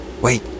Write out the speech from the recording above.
Wait